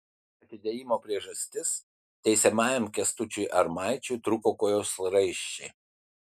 atidėjimo priežastis teisiamajam kęstučiui armaičiui trūko kojos raiščiai